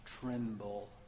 tremble